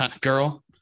girl